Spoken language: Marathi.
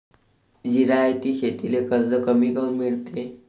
जिरायती शेतीले कर्ज कमी काऊन मिळते?